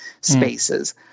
spaces